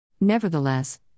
Nevertheless